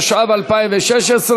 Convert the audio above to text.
התשע"ו 2016,